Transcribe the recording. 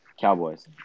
Cowboys